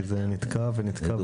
כי זה נתקע ונתקע ונתקע.